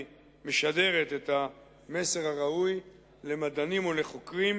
היא משדרת את המסר הראוי למדענים ולחוקרים,